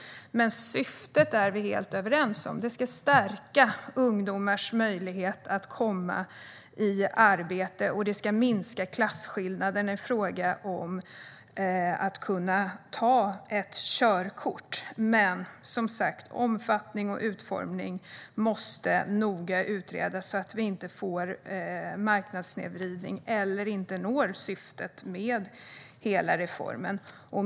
Syftet är vi helt överens om: Detta ska stärka ungdomars möjlighet att komma i arbete, och det ska minska klasskillnaderna i fråga om att kunna ta körkort. Men omfattningen och utformning måste som sagt noga utredas så att vi inte får marknadssnedvridning eller inte når syftet med hela reformen.